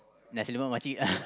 nasi-lemak makcik